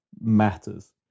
matters